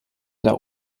der